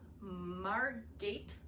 Margate